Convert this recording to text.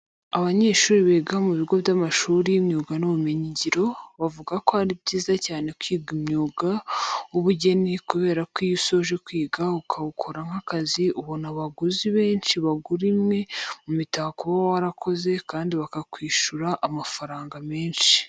Abanyeshuri biga mu bigo by'amashuri y'imyuga n'ubumenyingiro, bavuga ko ari byiza cyane kwiga umwuga w'ubugeni kubera ko iyo usoje kwiga ukawukora nk'akazi ubona abaguzi benshi bagura imwe mu mitako uba warakoze kandi bakakwishura amafaranga menshi.